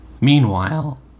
Meanwhile